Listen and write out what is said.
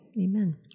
Amen